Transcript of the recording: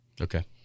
Okay